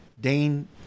Dane